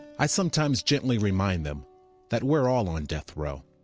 i sometimes gently remind them that we're all on death row.